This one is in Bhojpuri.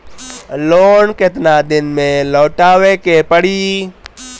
लोन केतना दिन में लौटावे के पड़ी?